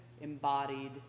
embodied